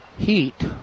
heat